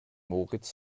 moritz